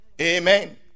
Amen